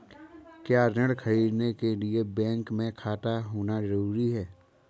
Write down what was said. क्या ऋण ख़रीदने के लिए बैंक में खाता होना जरूरी है?